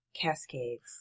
cascades